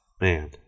man